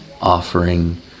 offering